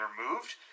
removed